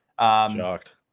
Shocked